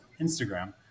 Instagram